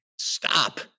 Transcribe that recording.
stop